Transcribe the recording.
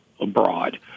abroad